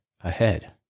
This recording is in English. ahead